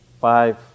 five